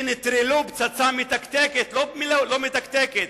שנטרלו פצצה מתקתקת, לא מתקתקת,